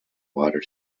water